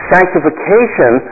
Sanctification